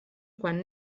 quan